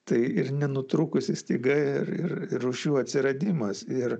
tai ir nenutrūkusi styga ir ir rūšių atsiradimas ir